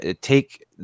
take